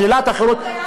שאלת החירות,